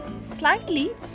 slightly